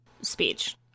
speech